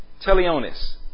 teleonis